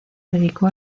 dedicó